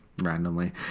randomly